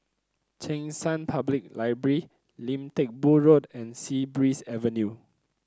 Cheng San Public Library Lim Teck Boo Road and Sea Breeze Avenue